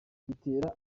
bitera